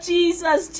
Jesus